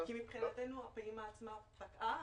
כי מבחינתנו הפעימה עצמה פקעה.